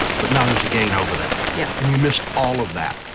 but now there's a gain over that. yeah and you missed all of that.